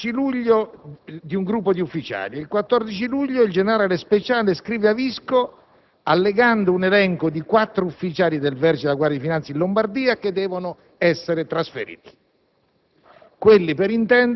si arriva ad un'intesa sugli avvicendamenti di un gruppo di ufficiali e il 14 luglio il generale Speciale scrive a Visco